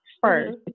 first